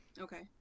Okay